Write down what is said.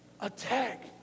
Attack